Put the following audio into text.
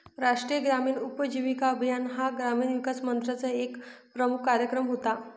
राष्ट्रीय ग्रामीण उपजीविका अभियान हा ग्रामीण विकास मंत्रालयाचा एक प्रमुख कार्यक्रम होता